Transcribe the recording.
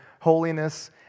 holiness